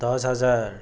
দহ হাজাৰ